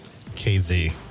KZ